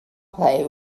play